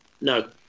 No